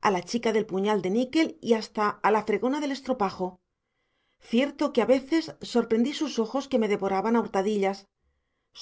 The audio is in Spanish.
a la chica del puñal de níquel y hasta a la fregona del estropajo cierto que a veces sorprendí sus ojos azules que me devoraban a hurtadillas